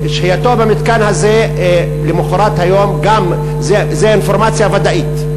שהייתו במתקן הזה למחרת היום זאת אינפורמציה ודאית.